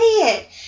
idiot